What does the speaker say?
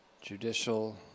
judicial